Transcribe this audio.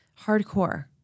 Hardcore